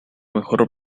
mejor